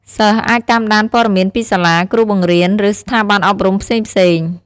សិស្សអាចតាមដានព័ត៌មានពីសាលា គ្រូបង្រៀន ឬស្ថាប័នអប់រំផ្សេងៗ។